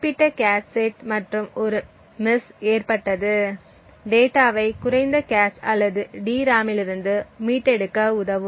குறிப்பிட்ட cache set மற்றும் ஒரு மிஸ் ஏற்பட்டது டேட்டாவை குறைந்த கேச் அல்லது டிராமிலிருந்து மீட்டெடுக்க உதவும்